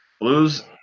Blues